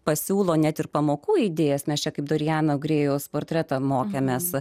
pasiūlo net ir pamokų idėjas nes čia kaip dorijano grėjaus portretą mokėmės